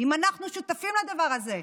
אם אנחנו שותפים לדבר הזה,